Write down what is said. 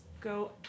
go